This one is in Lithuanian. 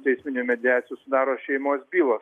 teisminių mediacijų sudaro šeimos bylos